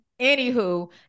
Anywho